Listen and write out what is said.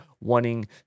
wanting